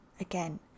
again